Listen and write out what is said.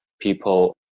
people